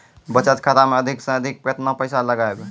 बचत खाता मे अधिक से अधिक केतना पैसा लगाय ब?